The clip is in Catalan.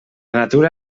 natura